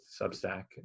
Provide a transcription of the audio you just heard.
Substack